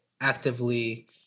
actively